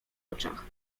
oczach